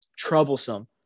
troublesome